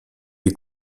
les